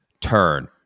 turn